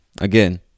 Again